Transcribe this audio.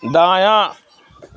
دایاں